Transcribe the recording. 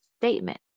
statement